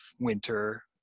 winter